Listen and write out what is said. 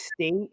state